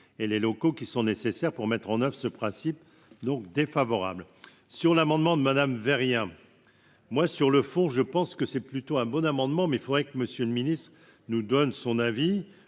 et les locaux qui sont nécessaires pour mettre en oeuvre ce principe donc défavorable sur l'amendement de Madame Veil rien moi sur le fond, je pense que c'est plutôt un bon amendement mais faudrait que Monsieur le Ministre, nous donne son avis,